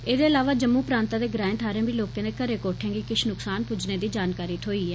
एहदे अलावा जम्मू प्रांता दे ग्राएं थ्हारें बी लोकें दे घरें कोठे गी किश नुक्सान पुज्जने दी जानकारी थ्होई ऐ